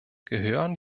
gehören